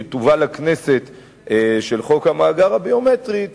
של הצעת חוק המאגר הביומטרי שתובא לכנסת,